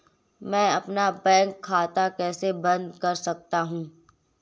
मैं अपना बैंक खाता कैसे बंद कर सकता हूँ?